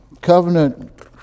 covenant